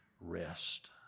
rest